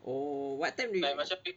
oh what time do